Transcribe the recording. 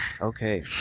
Okay